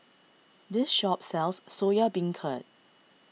this shop sells Soya Beancurd